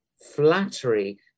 flattery